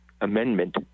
amendment